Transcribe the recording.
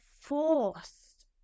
forced